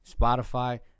Spotify